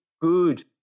good